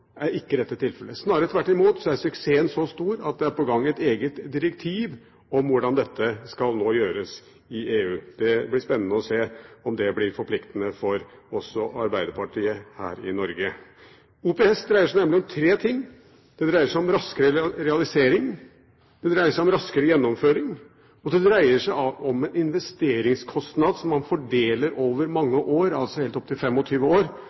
er ikke dette tilfellet – snarere tvert imot. Suksessen er så stor at det er på gang et eget direktiv i EU om hvordan dette nå skal gjøres. Det blir spennende å se om det blir forpliktende også for Arbeiderpartiet her i Norge. OPS dreier seg nemlig om tre ting: Det dreier seg om raskere realisering, det dreier seg om raskere gjennomføring, og det dreier seg om en investeringskostnad som man fordeler over mange år, helt opp til 25 år,